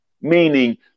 meaning